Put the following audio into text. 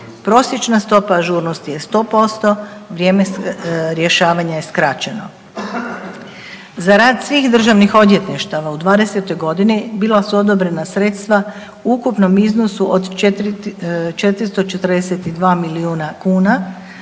Prosječna stopa ažurnosti je 100%, vrijeme rješavanja je skraćeno. Za rad svih državnih odvjetništava u '20. godini bila su odobrena sredstava u ukupnom iznosu od 442 milijuna kuna